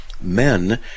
men